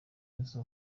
mwiza